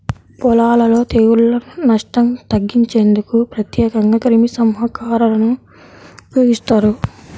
పొలాలలో తెగుళ్ల నష్టం తగ్గించేందుకు ప్రత్యేకంగా క్రిమిసంహారకాలను ఉపయోగిస్తారు